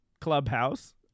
Clubhouse